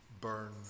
burn